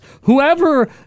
Whoever